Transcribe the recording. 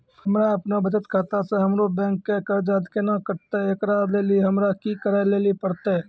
हमरा आपनौ बचत खाता से हमरौ बैंक के कर्जा केना कटतै ऐकरा लेली हमरा कि करै लेली परतै?